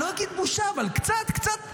אני לא אגיד בושה, אבל קצת, קצת.